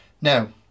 Now